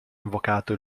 invocato